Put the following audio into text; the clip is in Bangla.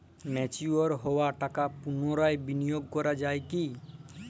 ম্যাচিওর হওয়া টাকা পুনরায় বিনিয়োগ করা য়ায় কি?